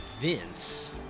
Vince